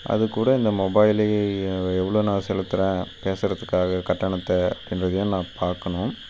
அதுக்கக் கூட இந்த மொபைலில் எவ்வளோ நான் செலுத்துகிறேன் பேசுகிறதுக்காக கட்டணத்தை அப்படின்றதையும் நான் பார்க்கணும்